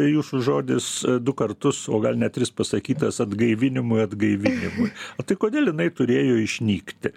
jūsų žodis du kartus o gal net tris pasakytas atgaivinimui atgaivinimui o tai kodėl jinai turėjo išnykti